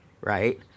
right